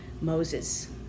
Moses